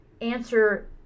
answer